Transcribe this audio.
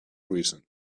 reason